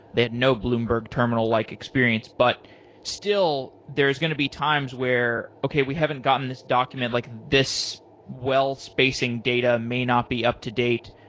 they had no bloomberg terminal like experience, but still there is still going to be times where, okay. we haven't gotten this document. like this well spacing data may not be up-to-date.